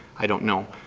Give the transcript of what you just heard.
i don't know.